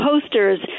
posters